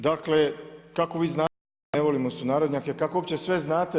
Dakle, kako vi znate da mi ne volimo sunarodnjake, kako uopće sve znate.